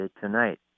tonight